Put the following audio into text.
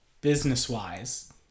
business-wise